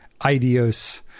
idios